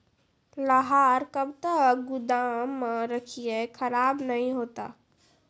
लहार कब तक गुदाम मे रखिए खराब नहीं होता?